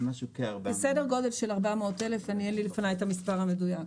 סדר גודל של 400,000. אין לפני את המספר המדויק.